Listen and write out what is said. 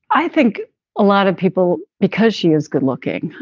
i think a lot of people because she is good looking.